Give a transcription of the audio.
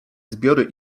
zbiory